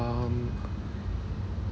um